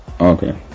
Okay